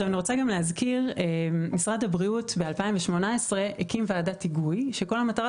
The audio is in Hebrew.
אני רוצה להזכיר שמשרד הבריאות בשנת 2018 הקים ועדת היגוי שכל המטרה